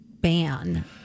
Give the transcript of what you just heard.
ban